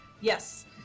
Yes